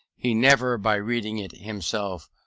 he never by reading it himself,